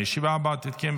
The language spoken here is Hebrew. הישיבה הבאה תתקיים,